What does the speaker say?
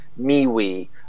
MeWe